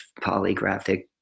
polygraphic